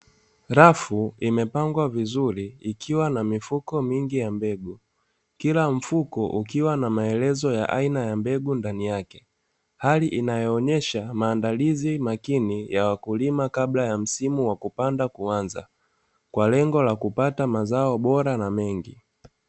Rafu imepangwa vizuri ikiwa mifuko mingi ya mbegu, kila mfuko ukiwa na maelezo ya aina ya mbegu ndani yake, hali inayo onyesha maandalizi makini ya wakulima kabla ya msimu kuanza kwalengo la kupata mazao bora na mengi.